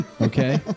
okay